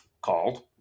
called